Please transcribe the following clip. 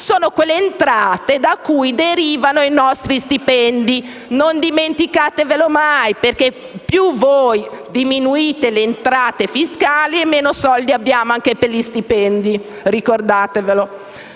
di quelle entrate da cui derivano i nostri stipendi, non dimenticavelo mai, perché più voi diminuite le entrate fiscali e meno soldi abbiamo anche per gli stipendi. Manca il